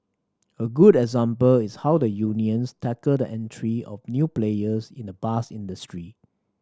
a good example is how the unions tackled the entry of new players in the bus industry